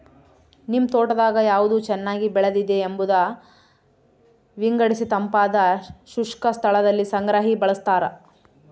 ನಿಮ್ ತೋಟದಾಗ ಯಾವ್ದು ಚೆನ್ನಾಗಿ ಬೆಳೆದಿದೆ ಎಂಬುದ ವಿಂಗಡಿಸಿತಂಪಾದ ಶುಷ್ಕ ಸ್ಥಳದಲ್ಲಿ ಸಂಗ್ರಹಿ ಬಳಸ್ತಾರ